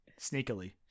Sneakily